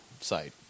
site